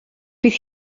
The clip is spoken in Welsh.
bydd